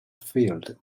field